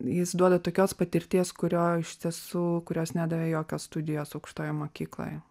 jis duoda tokios patirties kurio iš tiesų kurios nedavė jokios studijos aukštojoj mokykloje